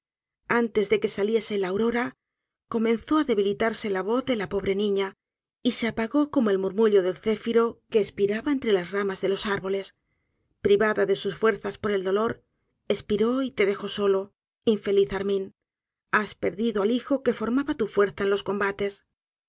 antes de que saliese la aurora comenzó á debilitarse la voz de la pobre niña y se apagó como el murmullo del céfiro que espiraba éntrelas ramas de los árboles privada de su fuerzas por el dolor espiró y te dejó solo infeliz armin has perdido al hijo que formaba tu fuerza en los combates